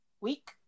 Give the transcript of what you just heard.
week